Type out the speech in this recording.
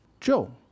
Joe